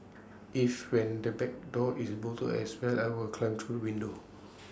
if when the back door is bolted as well I will climb through window